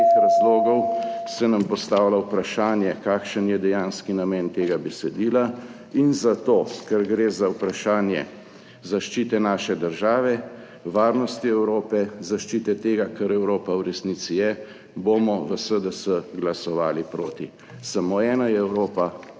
razlogov se nam postavlja vprašanje, kakšen je dejanski namen tega besedila. Ker gre za vprašanje zaščite naše države, varnosti Evrope, zaščite tega, kar Evropa v resnici je, bomo v SDS glasovali proti. Samo ena je Evropa,